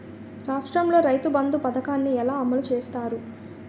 రాష్ట్రంలో రైతుబంధు పథకాన్ని ఎలా అమలు చేస్తారు?